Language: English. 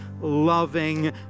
loving